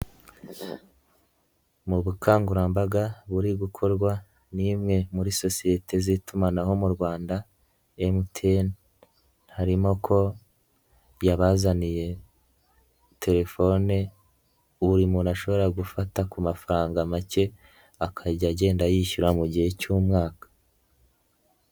Mu bukangurambaga buri gukorwa n'imwe muri sosiyete z'itumanaho mu Rwanda MTN harimo ko yabazaniye telefone buri muntu ashobora gufata ku mafaranga make akajya agenda yishyura mu gihe cy'umwaka.